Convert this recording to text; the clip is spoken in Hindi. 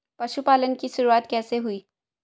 पशुपालन की शुरुआत कैसे हुई?